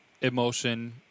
emotion